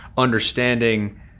Understanding